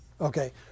Okay